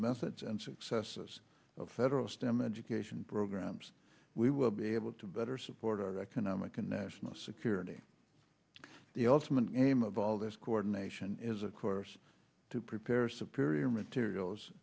methods and successes of federal stem education programs we will be able to better support our economic and national security the ultimate aim of all this coordination is of course to prepare superior materials